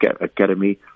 academy